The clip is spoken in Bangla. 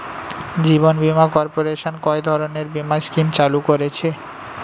জীবন বীমা কর্পোরেশন কয় ধরনের বীমা স্কিম চালু করেছে?